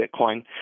Bitcoin